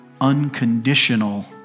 unconditional